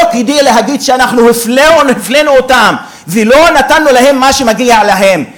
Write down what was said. לא כדי להגיד: אנחנו הפלינו או ניצלנו אותם ולא נתנו להם מה שמגיע להם,